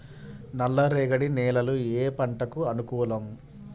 నల్ల రేగడి నేలలు ఏ పంటకు అనుకూలం?